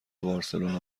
بارسلونا